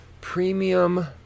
Premium